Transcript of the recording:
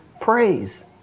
praise